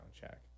check